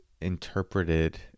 interpreted